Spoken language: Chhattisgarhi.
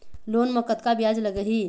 लोन म कतका ब्याज लगही?